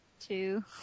two